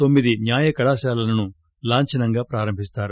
తొమ్మిది న్యామకళాశాలలను లాంఛనంగా ప్రారంభిస్తారు